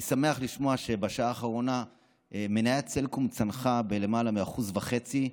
אני שמח לשמוע שבשעה האחרונה מניית סלקום צנחה בלמעלה מ-1.5%,